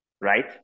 right